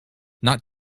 not